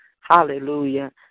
Hallelujah